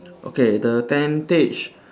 okay the tentage